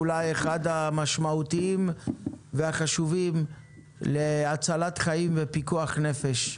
אולי אחד המשמעותיים והחשובים להצלת חיים ופיקוח נפש.